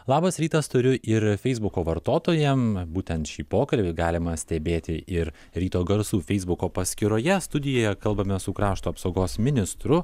labas rytas turiu ir feisbuko vartotojam būtent šį pokalbį galima stebėti ir ryto garsų feisbuko paskyroje studijoje kalbamės su krašto apsaugos ministru